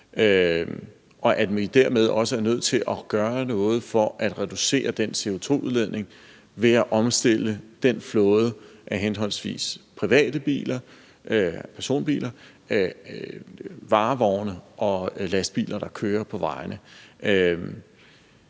gøre noget for at reducere den CO2-udledning ved at omstille flåden af henholdsvis personbiler, varevogne og lastbiler, der kører på vejene.